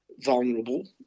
vulnerable